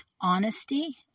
honesty